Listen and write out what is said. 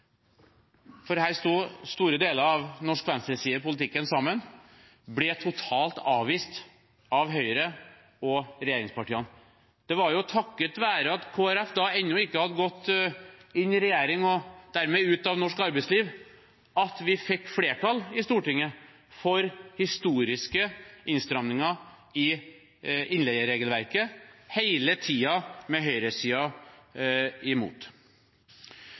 for her sto store deler av norsk venstreside i politikken sammen og ble totalt avvist av Høyre og regjeringspartiene. Det var jo takket være at Kristelig Folkeparti ennå ikke hadde gått inn i regjering og dermed ut av norsk arbeidsliv, at vi fikk flertall i Stortinget for historiske innstramminger i innleieregelverket, hele tiden med høyresiden imot.